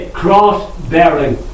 cross-bearing